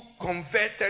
converted